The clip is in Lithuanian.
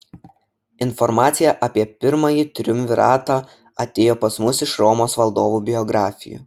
informacija apie pirmąjį triumviratą atėjo pas mus iš romos valdovų biografijų